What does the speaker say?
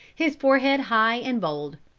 his forehead high and bold,